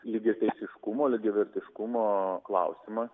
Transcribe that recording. lygiateisiškumo lygiavertiškumo klausimas